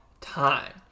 time